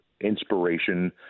inspiration